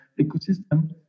ecosystem